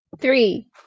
Three